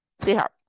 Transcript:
sweetheart